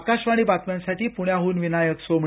आकाशवाणी बातम्यांसाठी पुण्याहन विनायक सोमणी